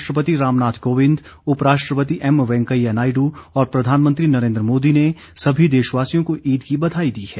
राष्ट्रपति रामनाथ कोविंद उपराष्ट्रपति एम वेंकैया नायडू और प्रधानमंत्री नरेंद्र मोदी ने सभी देशवासियों को ईद की बधाई दी है